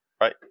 Right